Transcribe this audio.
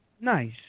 Nice